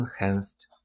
enhanced